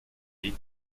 weg